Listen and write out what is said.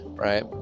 Right